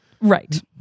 Right